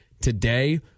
Today